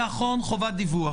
נכון, חובת דיווח.